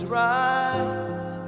right